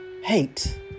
hate